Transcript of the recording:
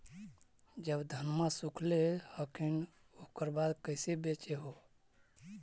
जब धनमा सुख ले हखिन उकर बाद कैसे बेच हो?